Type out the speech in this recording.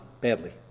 badly